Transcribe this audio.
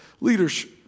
leadership